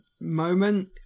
moment